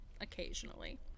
Occasionally